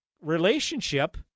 relationship